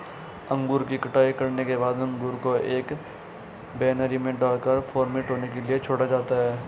अंगूर की कटाई करने के बाद अंगूर को एक वायनरी में डालकर फर्मेंट होने के लिए छोड़ा जाता है